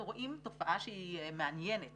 אנחנו רואים תופעה שהיא מעניינת